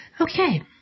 Okay